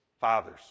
Fathers